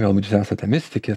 galbūt esate mistikė